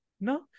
no